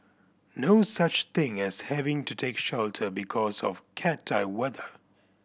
no such thing as having to take shelter because of cat I weather